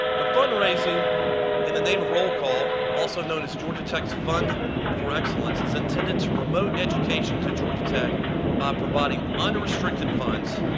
the fundraising in the name of role call also known as georgia tech's fund for excellence is intended to promote education to georgia tech by providing unrestricted funds,